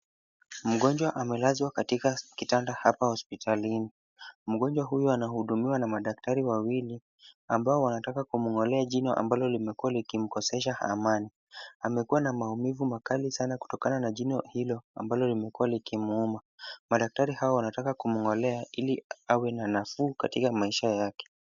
Mgonjwa amelazwa katika kitanda hapa hosipitalini. Mgonjwa huyu anahudumiwa na madaktari wawili ambao wanataka kumng'olea jino ambalo limekuwa likimkosesha amani. Amekuwa na maumivu makali sana kutokana na jino hilo ambalo limekuwa likimuuma. Madaktari hawa wanataka kumng'olea ili awe na nafuu katika maisha yake.